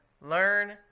learn